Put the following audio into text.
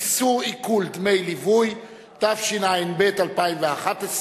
(איסור עיקול דמי ליווי לעיוור), התשע"ב 2011,